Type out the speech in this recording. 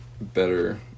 better